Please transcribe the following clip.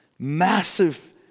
Massive